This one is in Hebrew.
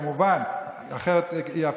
אסור לקרוא למלחמות אזרחים ולשפיכות דמים,